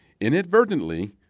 Inadvertently